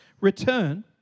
return